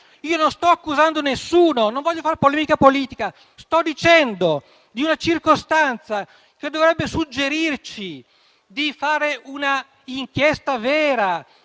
Io non sto accusando nessuno, non voglio fare polemica politica, ne sto solo parlando di una circostanza che dovrebbe suggerirci di fare un'inchiesta vera,